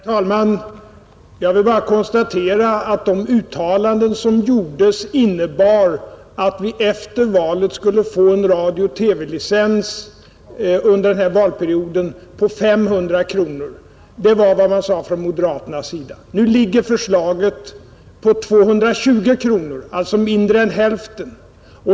Herr talman! Jag vill bara konstatera att de uttalanden som gjordes innebar att vi efter valet skulle få en radio/TV-licens under denna valperiod på 500 kronor. Det var vad man sade från moderata samlingspartiets sida. Nu ligger förslaget på 220 kronor, alltså mindre än hälften.